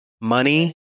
Money